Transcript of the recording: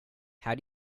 how